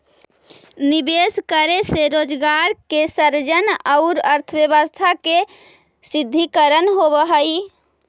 निवेश करे से रोजगार के सृजन औउर अर्थव्यवस्था के सुदृढ़ीकरण होवऽ हई